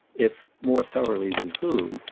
if more thoroughly than whom?